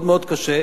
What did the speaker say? מאוד מאוד קשה,